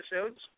episodes